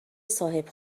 صاحب